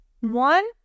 one